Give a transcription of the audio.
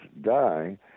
die